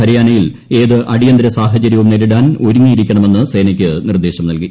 ഹരിയാനയിൽ ഏത് അടിയന്തര സഹാചര്യവും നേരിടാൻ ഒരുങ്ങിയിരിക്കണമെന്ന് സേനയ്ക്ക് നിർദ്ദേശം നൽകി